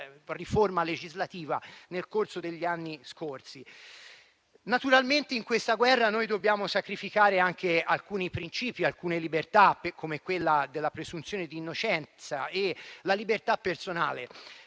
riforma legislativa nel corso degli anni scorsi. Naturalmente in questa guerra dobbiamo sacrificare anche alcuni principi, alcune libertà, come quella della presunzione di innocenza e la libertà personale,